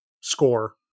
score